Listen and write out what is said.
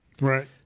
Right